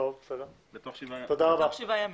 תוך שבעה ימים.